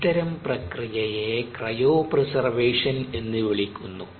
ഇത്തരം പ്രക്രിയയെ ക്രയോപ്രിസർവേഷൻ എന്നു വിളിക്കുന്നു